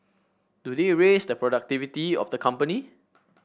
do they raise the productivity of the company